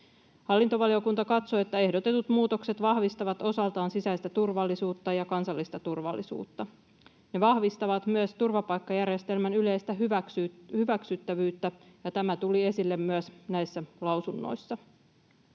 Hallintovaliokunta katsoo, että ehdotetut muutokset vahvistavat osaltaan sisäistä turvallisuutta ja kansallista turvallisuutta. Ne vahvistavat myös turvapaikkajärjestelmän yleistä hyväksyttävyyttä, ja tämä tuli esille myös näissä lausunnoissa.